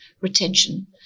retention